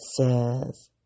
says